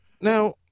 now